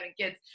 kids